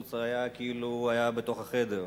הפיצוץ היה כאילו הוא היה בתוך החדר.